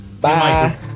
Bye